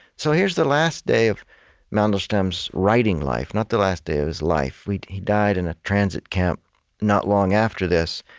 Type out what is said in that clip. so here's the last day of mandelstam's writing life not the last day of his life he died in a transit camp not long after this.